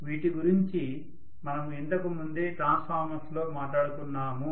వీటి గురించి మనము ఇంతకు ముందే ట్రాన్స్ఫార్మర్స్ లో మాట్లాడుకున్నాము